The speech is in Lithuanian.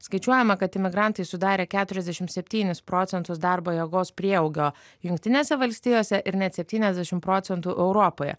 skaičiuojama kad imigrantai sudarė keturiasdešimt septynis procentus darbo jėgos prieaugio jungtinėse valstijose ir net septyniasdešimt procentų europoje